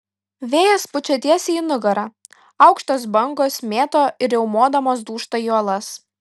vėjas pučia tiesiai į nugarą aukštos bangos mėto ir riaumodamos dūžta į uolas